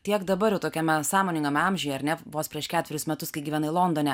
tiek dabar jau tokiame sąmoningame amžiuje ar ne vos prieš ketverius metus kai gyvenai londone